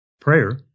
Prayer